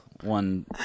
one